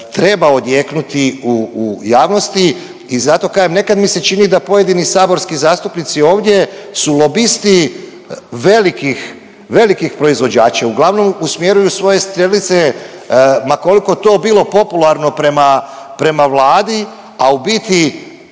treba odjeknuti u javnosti. I zato kažem nekad mi se čini da pojedini saborski zastupnici ovdje su lobisti velikih, velikih proizvođača. Uglavnom usmjeruju svoje strelice ma koliko to bilo popularno prema, prema Vladi, a u biti